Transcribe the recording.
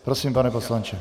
Prosím, pane poslanče.